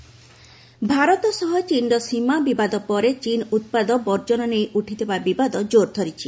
ଚୀନ୍ କ୍ଷତି ଭାରତ ସହ ଚୀନ୍ର ସୀମା ବିବାଦ ପରେ ଚୀନ୍ ଉତ୍ପାଦ ବର୍ଜନ ନେଇ ଉଠିଥିବା ବିବାଦ କୋର୍ ଧରିଛି